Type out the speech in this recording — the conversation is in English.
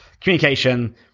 communication